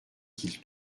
qu’il